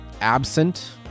absent